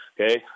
okay